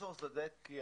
פרופסור סדצקי,